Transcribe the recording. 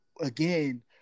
again